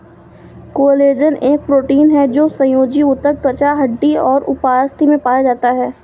collagen एक protein है जो संयोजी ऊतक, त्वचा, हड्डी और उपास्थि में पाया जाता है